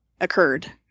occurred